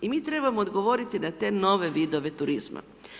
I mi trebamo odgovoriti na te nove vidove turizma.